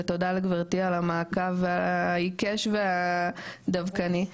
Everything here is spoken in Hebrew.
ותודה לגברתי על המעקב העיקש והדבקני,